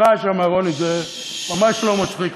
סליחה שם, זה ממש לא מצחיק.